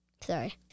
Sorry